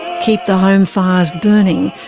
keep the home fires burning,